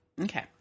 Okay